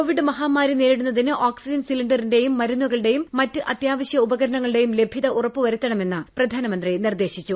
Covid മഹാമാരി നേരിടുന്നതിന് oxygen സിലണ്ടറിന്റെയും മരുന്നുകളുടെയും മറ്റ് അത്യാവശ്യ ഉപകരണങ്ങളുടെയും ലഭ്യത ഉറപ്പുവരുത്തണമെന്ന് പ്രധാനമന്ത്രി നിർദ്ദേശിച്ചു